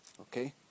okay